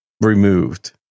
removed